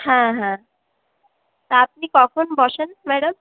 হ্যাঁ হ্যাঁ তা আপনি কখন বসেন ম্যাডাম